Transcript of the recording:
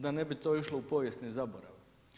Da ne bi to išlo u povijesni zaborav.